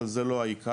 אבל זה לא העיקר,